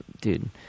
Dude